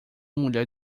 mulher